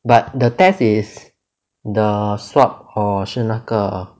but the test is the swab or 是那个